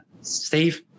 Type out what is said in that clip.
steve